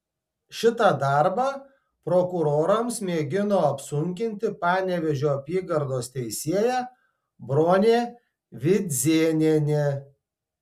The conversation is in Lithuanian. šitą darbą prokurorams mėgino apsunkinti panevėžio apygardos teisėja bronė vidzėnienė